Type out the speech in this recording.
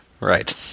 Right